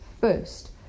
first